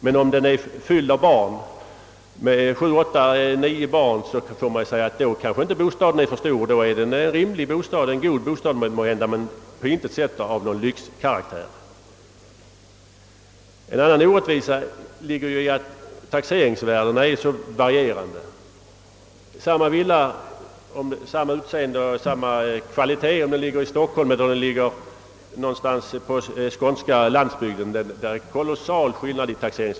Men om villan är fylld med sju, åtta, nio barn, kanske den inte är för stor. Då är det en rimlig och god bostad men den har på intet sätt någon lyxkaraktär. En annan orättvisa ligger i att taxeringsvärdena är så varierande, Det är en kolossal skillnad i taxeringsvärde mellan två villor med samma utseende och av samma kvalitet, om den ena ligger i Stockholm och den andra någonstans på den skånska landsbygden.